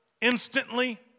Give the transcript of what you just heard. instantly